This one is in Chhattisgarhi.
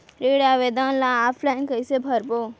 ऋण आवेदन ल ऑफलाइन कइसे भरबो?